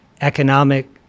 Economic